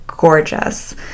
gorgeous